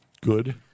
Good